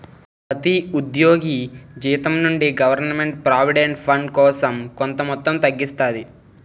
ప్రతి ఉద్యోగి జీతం నుండి గవర్నమెంట్ ప్రావిడెంట్ ఫండ్ కోసం కొంత మొత్తం తగ్గిస్తాది